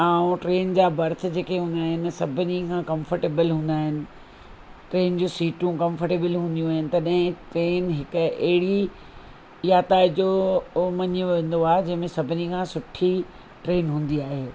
ऐं ट्रेन जा बर्थ जेके हूंदा आहिनि सभिनी खां कंफ़र्टेबिल हूंदा इन ट्रेन जी सीटूं कंफ़र्टेबिल हूंदियूं आहिनि तॾहिं ट्रेन हिकु अहिड़ी यातायात जो ओ मञियो वेंदो आहे जंहिं में सभिनी खां सुठी ट्रेन हूंदी आहे